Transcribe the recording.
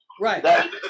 Right